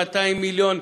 200 מיליון,